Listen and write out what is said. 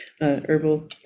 herbal